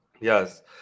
Yes